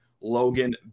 Logan